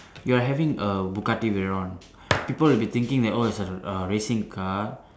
you're having a bugatti veyron people will be thinking that oh it's a uh a racing car